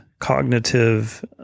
cognitive